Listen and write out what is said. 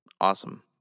Awesome